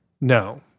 no